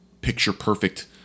picture-perfect